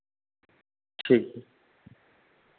ठीक है